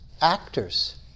actors